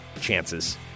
chances